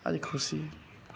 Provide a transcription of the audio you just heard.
ଆଜି ଖୁସି